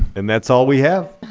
and that's all we have.